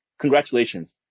Congratulations